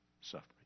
suffering